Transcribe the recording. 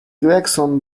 gregson